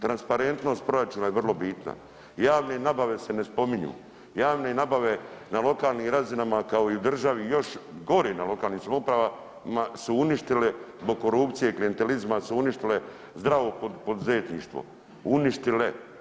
Transparentnost proračuna je vrlo bitna, javne nabave se ne spominju, javne nabave na lokalnim razinama kao i u državi još gore na lokalnim samoupravama su uništili zbog korupcije i klijentelizma su uništile zdravo poduzetništvo, uništile.